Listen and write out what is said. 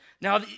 Now